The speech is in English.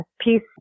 Peace